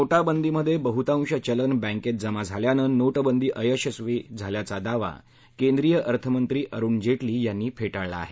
नोटबंदीमध्ये बहुतांश चलन बँकेत जमा झाल्यानं नोटबंदी अयशस्वी झाल्याचा दावा केंद्रीय अर्थमंत्री अरुण जेटली यांनी फेटाळला आहे